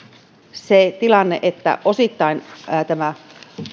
se tilanne että osittain tämä